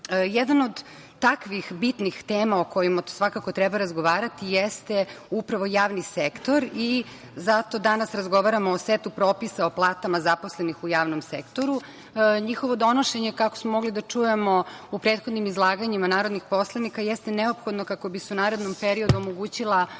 od takvih bitnih tema o kojima svakako treba razgovarati jeste upravo javni sektor i zato danas razgovaramo o setu propisa o platama zaposlenih u javnom sektoru. Njihovo donošenje, kako smo mogli da čujemo u prethodnim izlaganjima narodnih poslanika, jeste neophodno kako bi se u narednom periodu omogućila jedna